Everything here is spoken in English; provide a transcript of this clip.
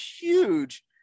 huge